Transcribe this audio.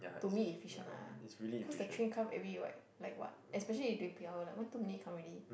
to me efficient lah cause the train come every what like what especially during peak hour like one two minute come already